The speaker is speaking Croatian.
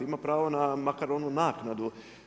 Ima pravo na makar onu naknadu.